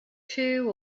two